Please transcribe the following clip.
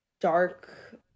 dark